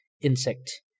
insect